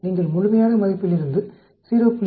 நீங்கள் முழுமையான மதிப்பிலிருந்து 0